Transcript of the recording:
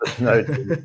No